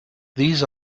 these